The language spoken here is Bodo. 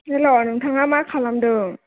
हेल' नोंथांङा मा खालामदों